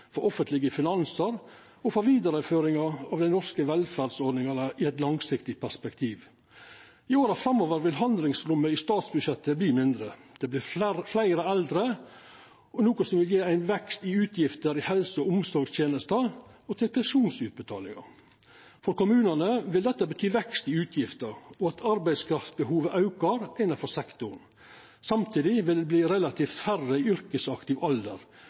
for offentlege finansar og for vidareføringa av dei norske velferdsordningane i eit langsiktig perspektiv. I åra framover vil handlingsrommet i statsbudsjettet verta mindre. Det vert fleire eldre, noko som vil gje ein vekst i utgifter til helse- og omsorgstenester og til pensjonsutbetalingar. For kommunane vil dette bety vekst i utgifter og at arbeidskraftbehovet aukar innanfor sektoren. Samtidig vil det verta relativt færre i yrkesaktiv alder,